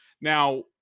Now